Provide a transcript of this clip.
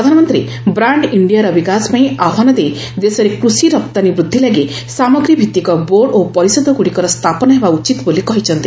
ପ୍ରଧାନମନ୍ତ୍ରୀ ବ୍ରାଣ୍ଡ୍ ଇଣ୍ଡିଆର ବିକାଶ ପାଇଁ ଆହ୍ୱାନ ଦେଇ ଦେଶରେ କୃଷି ରପ୍ତାନୀ ବୃଦ୍ଧି ଲାଗି ସାମଗ୍ରୀଭିତ୍ତିକ ବୋର୍ଡ଼ ଓ ପରିଷଦଗୁଡ଼ିକର ସ୍ଥାପନ ହେବା ଉଚିତ ବୋଲି କହିଛନ୍ତି